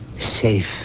Safe